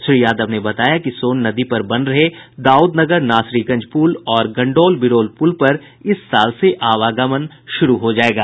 श्री यादव ने बताया कि सोन नदी पर बन रहे दाउदनगर नासरीगंज पुल और गंडौल बिरौल पुल पर इस साल से आवागमन शुरू हो जायेगा